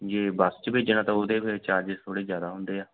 ਜੇ ਬੱਸ 'ਚ ਭੇਜਣਾ ਤਾਂ ਫਿਰ ਉਹਦੇ ਫਿਰ ਚਾਰਜਸ ਥੋੜ੍ਹੇ ਜ਼ਿਆਦਾ ਹੁੰਦੇ ਆ